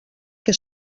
que